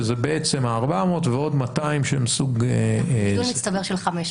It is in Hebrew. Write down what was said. שזה בעצם ה-400 ועוד 200 שהם --- גידול מצטבר של 500